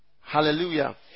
Hallelujah